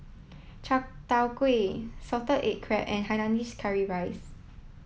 Chai Tow Kuay salted egg crab and Hainanese Curry Rice